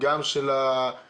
גם של ההורים,